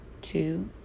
two